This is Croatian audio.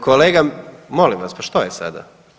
Kolega molim vas, pa što je sada?